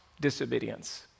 Disobedience